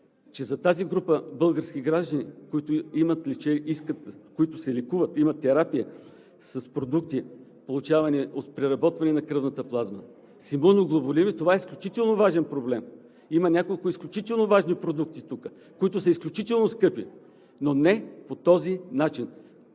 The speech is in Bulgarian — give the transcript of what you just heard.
че за тази група български граждани, които се лекуват, имат терапия с продукти, получавани от преработване на кръвната плазма, с имуноглобулин, това е изключително важен проблем. Има няколко изключително важни продукта тук, които са изключително скъпи, но не по този начин!